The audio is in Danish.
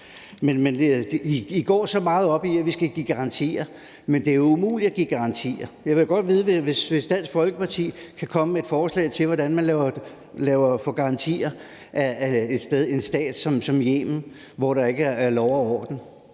I går så meget op i, at vi skal give garantier, men det er umuligt at give garantier. Jeg vil godt høre det, hvis Dansk Folkeparti kan komme med et forslag til, hvordan man får garantier af en stat som Yemen, hvor der ikke er lov og orden.